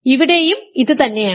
ഇവിടെയും ഇത് തന്നെയാണ്